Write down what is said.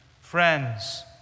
friends